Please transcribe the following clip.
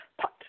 put